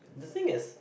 the thing is